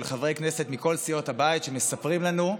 חברי כנסת מכל סיעות הבית שמספרים לנו,